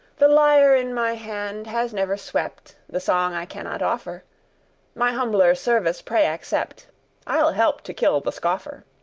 the lyre in my hand has never swept, the song i cannot offer my humbler service pray accept i'll help to kill the scoffer.